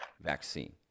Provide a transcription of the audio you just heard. vaccine